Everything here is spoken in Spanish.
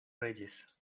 reyes